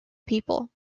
people